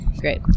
great